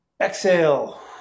Exhale